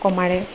কমাৰে